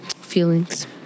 feelings